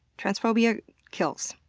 transphobia kills.